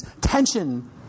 tension